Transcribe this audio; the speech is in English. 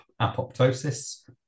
apoptosis